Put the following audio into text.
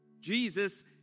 Jesus